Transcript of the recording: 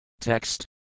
Text